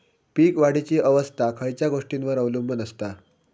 पीक वाढीची अवस्था खयच्या गोष्टींवर अवलंबून असता?